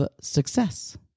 success